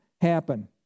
happen